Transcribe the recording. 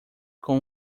com